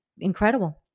incredible